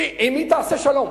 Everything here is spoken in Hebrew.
כי עם מי תעשה שלום?